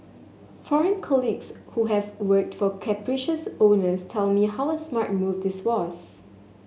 foreign colleagues who have worked for capricious owners tell me how a smart move this was